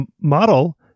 model